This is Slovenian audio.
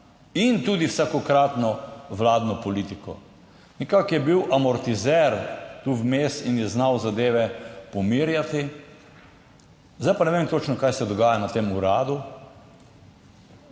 in tudi vsakokratno vladno politiko. Nekako je bil amortizer tu vmes in je znal zadeve pomirjati. Zdaj pa ne vem točno, kaj se dogaja na tem uradu.